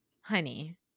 honey